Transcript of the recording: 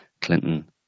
Clinton